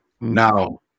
Now